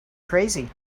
crazy